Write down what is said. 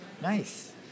Nice